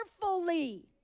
carefully